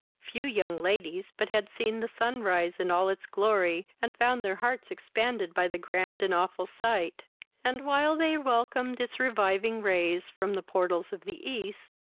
few young ladies but had seen the sun rise in all its glory, and found their hearts expanded by the grand and awful sight and, while they welcomed its reviving rays from the portals of the east,